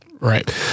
Right